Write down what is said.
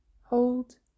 hold